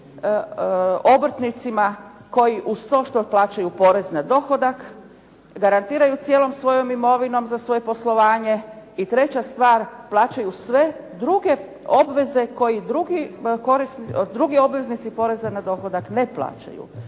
obrtnicima koji uz to što plaćaju porez na dohodak garantiraju cijelom svojom imovinom za svoje poslovanje. I treća stvar, plaćaju sve druge obveze koji drugi obveznici poreza na dohodak ne plaćaju.